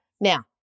Now